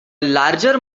larger